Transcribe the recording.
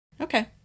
Okay